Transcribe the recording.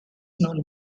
known